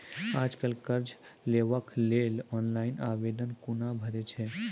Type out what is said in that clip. आज कल कर्ज लेवाक लेल ऑनलाइन आवेदन कूना भरै छै?